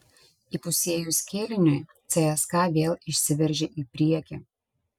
įpusėjus kėliniui cska vėl išsiveržė į priekį